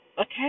okay